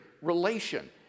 relation